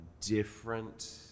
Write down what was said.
different